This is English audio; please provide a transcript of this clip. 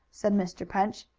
said mr. punch.